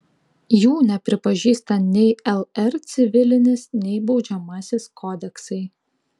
jų nepripažįsta nei lr civilinis nei baudžiamasis kodeksai